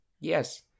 yes